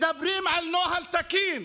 מדברים על נוהל תקין,